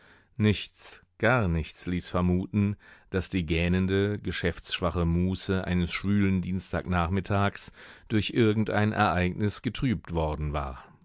nichts gar nichts ließ vermuten daß die gähnende geschäftsschwache muße eines schwülen dienstagnachmittags durch irgend ein ereignis getrübt worden war